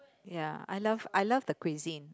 ya I love I love the cuisine